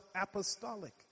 apostolic